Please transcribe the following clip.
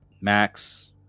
Max